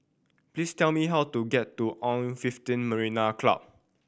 please tell me how to get to On fifteen Marina Club